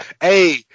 Hey